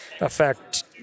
affect